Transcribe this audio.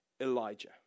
Elijah